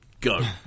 go